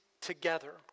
together